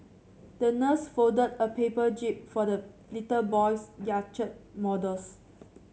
the nurse folded a paper jib for the little boy's yacht models